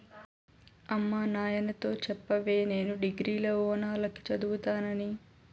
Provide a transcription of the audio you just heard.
అమ్మ నాయనతో చెప్పవే నేను డిగ్రీల ఓనాల కి చదువుతానని